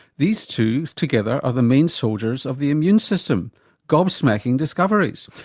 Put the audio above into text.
these two together are the main soldiers of the immune system gobsmacking discoveries,